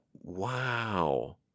wow